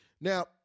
Now